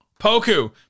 Poku